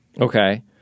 Okay